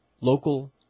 local